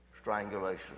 strangulation